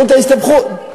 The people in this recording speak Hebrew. תראו את ההסתבכות, לא,